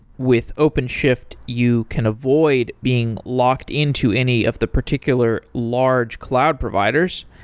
with openshift, you can avoid being locked into any of the particular large cloud providers.